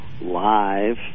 live